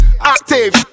active